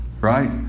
Right